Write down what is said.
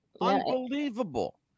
Unbelievable